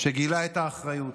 שגילה את האחריות